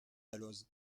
dalloz